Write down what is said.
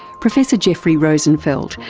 professor jeffrey rosenfeld,